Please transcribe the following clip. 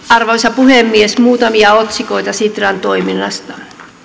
arvoisa puhemies muutamia otsikoita sitran toiminnasta